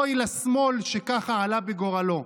אוי לשמאל שככה עלה בגורלו.